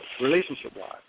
relationship-wise